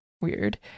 weird